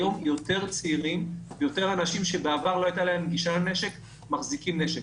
היום יותר צעירים שבעבר לא הייתה להם גישה לנשק מחזיקים נשק,